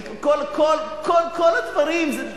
כל הדברים זה,